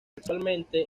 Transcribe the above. actualmente